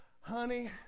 honey